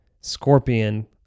scorpion